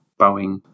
Boeing